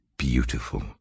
Beautiful